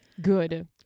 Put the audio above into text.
Good